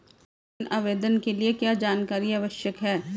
ऋण आवेदन के लिए क्या जानकारी आवश्यक है?